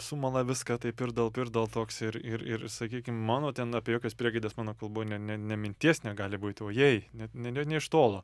sumala viską taip pirdal pirdal toks ir ir ir sakykim mano ten apie jokias priegaides mano kalboj ne ne nė minties negali būt o jei net ne nė iš tolo